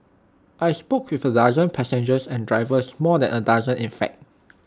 I spoke with A dozen passengers and drivers more than A dozen in fact